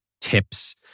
tips